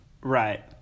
Right